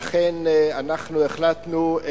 לכן אנחנו החלטנו,